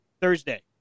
Thursday